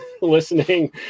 listening